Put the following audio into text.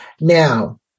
Now